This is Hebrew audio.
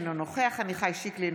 אינו נוכח עמיחי שיקלי,